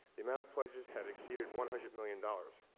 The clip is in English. the amount of pledges had exceeded one hundred million dollars.